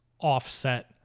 offset